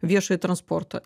viešąjį transportą